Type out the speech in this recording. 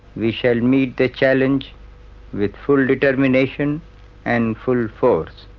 we shall meet the challenge with full determination and full force.